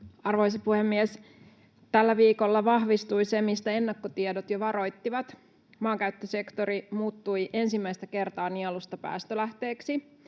Arvoisa puhemies! Tällä viikolla vahvistui se, mistä ennakkotiedot jo varoittivat: maankäyttösektori muuttui ensimmäistä kertaa nielusta päästölähteeksi.